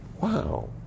Wow